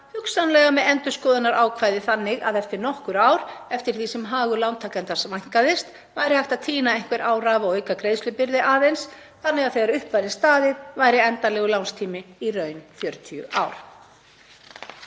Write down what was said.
hugsanlega með endurskoðunarákvæði, þannig að eftir nokkur ár, eftir því sem hagur lántakanda vænkaðist, væri hægt að tína einhver ár af og auka greiðslubyrði aðeins þannig að þegar upp væri staðið væri endanlegur lánstími í raun 40 ár.